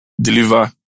deliver